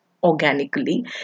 organically